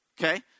okay